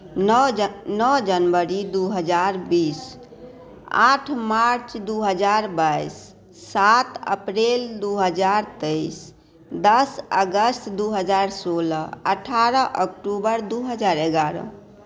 नओ जनवरी दू हजार बीस आठ मार्च दू हजार बाइस सात अप्रैल दू हजार तेइस दस अगस्त दू हजार सोलह अठारह अक्टूबर दू हजार एगारह